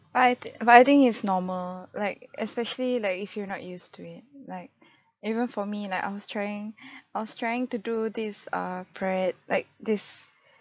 I thi~ but I think it's normal like especially like if you're not used to it like even for me like I was trying I was trying to do this err bread like this